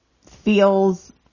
feels